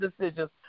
decisions